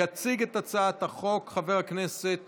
יציג את הצעת החוק חבר הכנסת